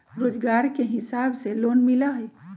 रोजगार के हिसाब से लोन मिलहई?